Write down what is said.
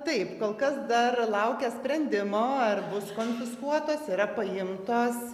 taip kol kas dar laukia sprendimo ar bus konfiskuotos yra paimtos